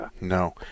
No